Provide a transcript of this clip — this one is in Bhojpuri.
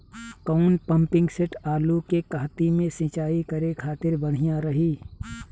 कौन पंपिंग सेट आलू के कहती मे सिचाई करे खातिर बढ़िया रही?